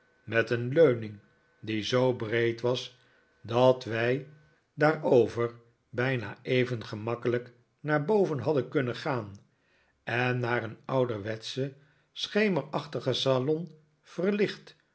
met een leuning die zoo breed was dat wij daarover bijna even gemakkelijk naar boven hadden kunnen gaan en naar een ouderwetschen schemerachtigen salon verlicht